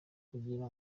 kugira